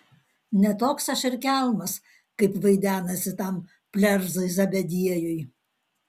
ne toks aš ir kelmas kaip vaidenasi tam plerzai zebediejui